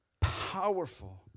powerful